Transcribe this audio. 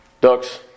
Ducks